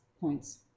points